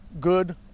good